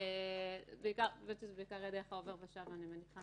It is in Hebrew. זה בעיקר דרך העובר ושב, אני מניחה